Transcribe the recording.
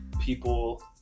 people